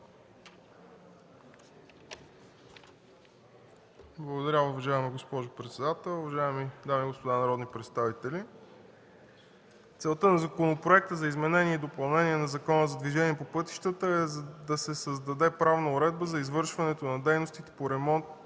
Благодаря, уважаема госпожо председател. Уважаеми дами и господа народни представители! Целта на Законопроекта за изменение и допълнение на Закона за движение по пътищата е да се създаде правна уредба за извършването на дейностите по ремонт